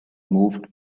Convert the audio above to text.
moved